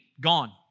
gone